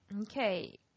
Okay